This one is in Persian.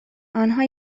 آنها